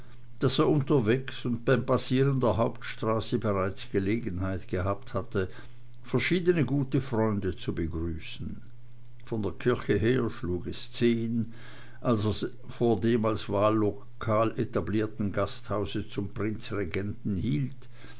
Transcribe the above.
er unterwegs und beim passieren der hauptstraße bereits gelegenheit gehabt hatte verschiedene gute freunde zu begrüßen von der kirche her schlug es zehn als er vor dem als wahllokal etablierten gasthause zum prinzregenten hielt